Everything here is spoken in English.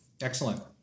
Excellent